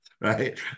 Right